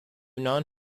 non